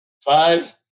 Five